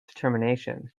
determination